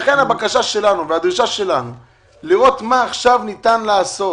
לכן הבקשה שלנו והדרישה שלנו היא לראות מה עכשיו ניתן לעשות.